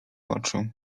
oczy